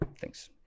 Thanks